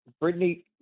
Brittany